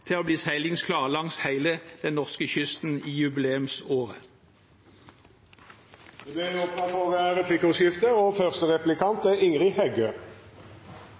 til å bli seilingsklar langs hele den norske kysten i jubileumsåret. Det